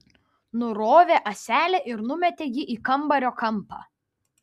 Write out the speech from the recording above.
nurovė ąselę ir numetė jį į kambario kampą